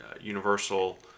universal